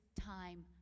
time